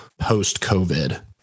post-COVID